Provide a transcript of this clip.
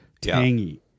tangy